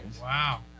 Wow